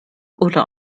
oder